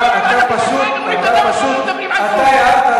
אתה פשוט, אתה פשוט, אתה הערת.